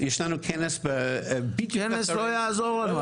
יש לנו כנס --- כנס לא יעזור לנו.